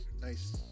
nice